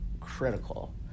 critical